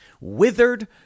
Withered